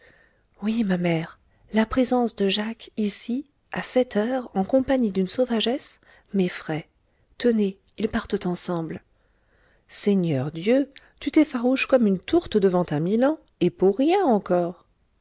oui ma mère la présence de jacques ici à cette heure en compagnie d'une sauvagesse m'effraie tenez ils partent ensemble seigneur dieu tu t'effarouches comme une tourte devant un milan et pour rien encore